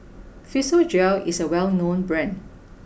Physiogel is a well known brand